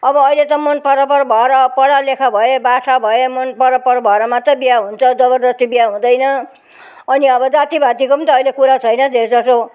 अब अहिले त मनपरापर भएर पढालेखा भए बाठा भए मन परापर भएर मात्रै बिहा हुन्छ जबर्जस्ती बिहा हुँदैन अनि अब जाति भातीको पनि त अहिले कुरा छैन धेरजसो